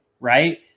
right